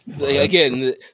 Again